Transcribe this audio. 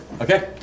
okay